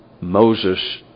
Moses